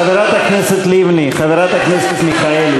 חברת הכנסת מיכאלי,